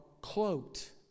cloaked